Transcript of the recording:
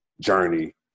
journey